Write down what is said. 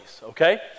okay